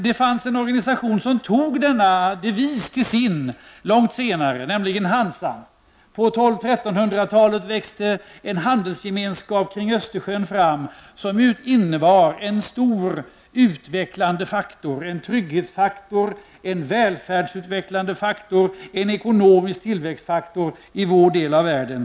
Det fanns en organisation som tog denna devis till sin långt senare, nämligen Hansan. På 1200-talet och 1300-talet växte det kring Östersjön fram en handelsgemenskap, som innebar en stor, utvecklande faktor, en trygghetsfaktor, en välfärdsutvecklande faktor, en ekonomisk tillväxtfaktor i vår del av världen.